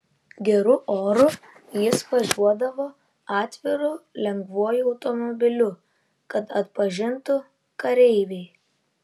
geru oru jis važiuodavo atviru lengvuoju automobiliu kad atpažintų kareiviai